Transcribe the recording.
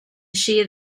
shear